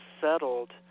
settled